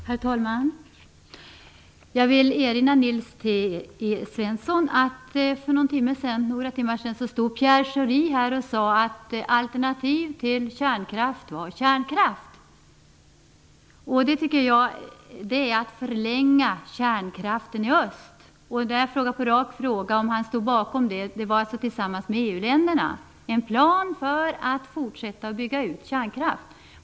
Herr talman! Jag vill erinra Nils T Svensson om att för några timmar sedan stod Pierre Schori här och sade att alternativ till kärnkraft var kärnkraft. Det är att förlänga kärnkraftens användningstid i öst. Som svar på en rak fråga om han stod bakom detta fick jag att det finns tillsammans med EU-länderna en plan för att fortsätta att bygga ut kärnkraften.